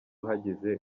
hagize